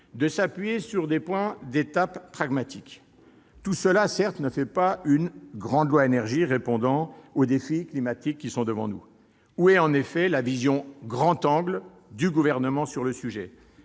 de s'appuyer sur des points d'étape pragmatiques. Tout cela, néanmoins, ne fait pas une grande loi sur l'énergie, répondant aux défis climatiques qui sont devant nous. Où est, en effet, la « vision grand-angle » du Gouvernement sur le sujet ?